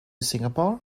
singapore